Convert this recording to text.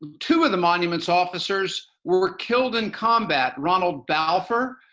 two of the monuments officers were killed in combat, ronald balfour,